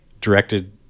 directed